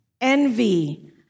envy